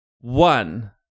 One